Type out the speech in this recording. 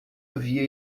havia